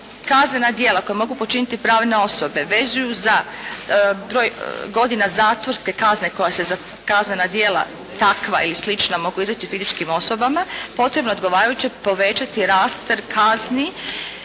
kaznena djela koja mogu počiniti pravne osobe vezuju za broj godina zatvorske kazne koja se za kaznena djela takva ili slična mogu izreći fizičkim osobama, potrebno je odgovarajuće povećati rast tih kazni